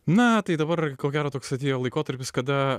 na tai dabar ko gero toks atėjo laikotarpis kada